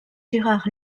girard